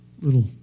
little